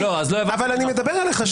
אני מדבר אליך שנייה.